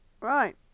Right